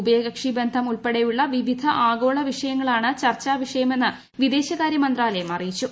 ഉഭയകക്ഷി ബന്ധം ഉൾപ്പെടെയുള്ള വിവിധ ആഗോള വിഷയങ്ങളാണ് ചർച്ചാവിഷയമെന്ന് വിദേശകാര്യ മന്ത്രാലയം അറിയിച്ചു